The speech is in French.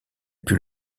put